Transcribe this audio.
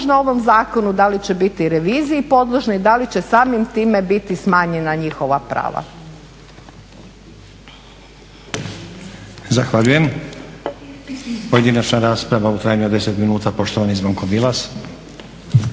ovom zakonu, da li će biti reviziji podložni, da li će samim time biti smanjena njihova prava.